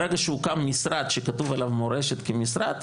ברגע שהוקם משרד שכתוב עליו מורשת כמשרד,